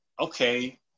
okay